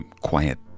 quiet